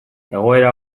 egoera